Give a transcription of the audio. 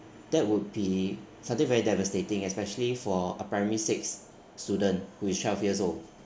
that would be something very devastating especially for a primary six student who is twelve years old